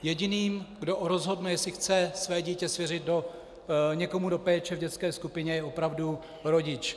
Jediným, kdo rozhodne, jestli chce své dítě svěřit někomu do péče v dětské skupině, je opravdu rodič.